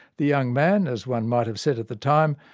the young man, as one might have said at the time,